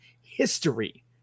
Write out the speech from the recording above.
history